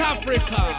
Africa